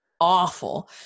awful